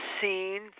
seen